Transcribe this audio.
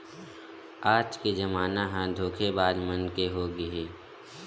आज के जमाना ह धोखेबाज मन के होगे हे